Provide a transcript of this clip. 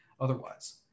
otherwise